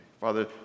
Father